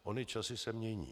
Ony časy se mění.